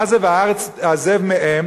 מה זה "והארץ תעזב מהם"?